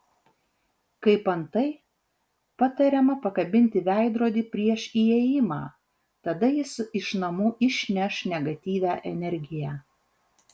kaip antai patariama pakabinti veidrodį prieš įėjimą tada jis iš namų išneš negatyvią energiją